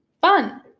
Fun